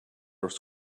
was